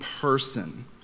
person